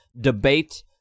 debate